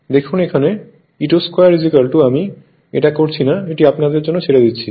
দেখুন এখানে E₂ 2 আমি এটা করছি না এটি আপনাদের জন্য ছেড়ে দিচ্ছি